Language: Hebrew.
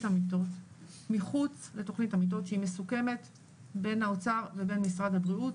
המיטות שהיא מסוכמת בין האוצר ובין משרד הבריאות,